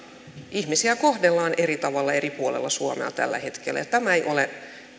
ihmisiä kohdellaan eri tavalla eri puolilla suomea tällä hetkellä ja tämä ei ole